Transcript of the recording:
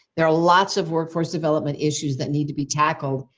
there are lots of workforce development issues that need to be tackled.